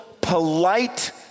polite